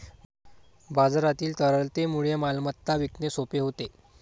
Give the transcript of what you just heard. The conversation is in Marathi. बाजारातील तरलतेमुळे मालमत्ता विकणे सोपे होते